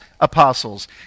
apostles